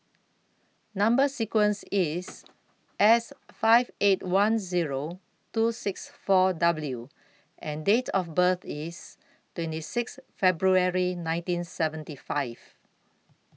Number sequence IS S five eight one Zero two six four W and Date of birth IS twenty six February nineteen seventy five